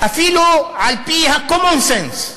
אפילו על-פי ה-common sense.